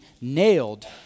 nailed